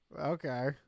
Okay